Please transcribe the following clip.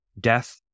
death